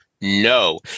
no